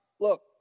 Look